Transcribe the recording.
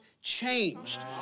changed